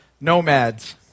Nomads